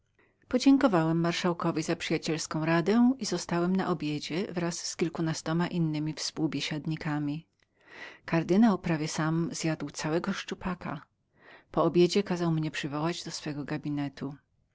podziękowałem marszałkowi za przyjacielską radę i zostałem na obiedzie wraz z kilkunastoma innymi spółbiesiadnikami kardynał prawie sam zjadł całego szczupaka po obiedzie kazał mnie przywołać do swego gabinetu